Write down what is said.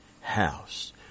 house